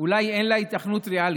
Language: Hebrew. אולי אין היתכנות ריאלית,